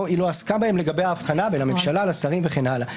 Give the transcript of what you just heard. היא לא עסקה בהם לגבי ההבחנה בין הממשלה לשרים וכן הלאה.